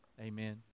Amen